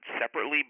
separately